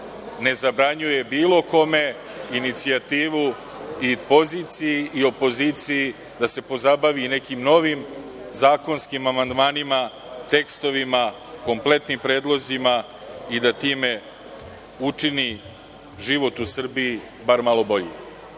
ne zabranjuje bilo kome inicijativu i poziciji i opoziciji da se pozabavi nekim novim zakonskim amandmanima, tekstovima, kompletnim predlozima i da time učini život u Srbiji bar malo